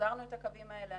החזרנו את הקווים האלה.